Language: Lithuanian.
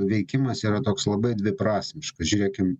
veikimas yra toks labai dviprasmiškas žiūrėkim